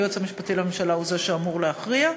היועץ המשפטי לממשלה הוא זה שאמור להכריע,